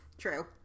True